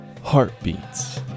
Heartbeats